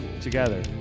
together